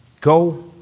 Go